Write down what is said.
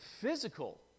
physical